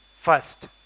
first